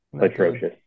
atrocious